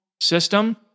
system